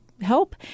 help